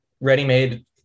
ready-made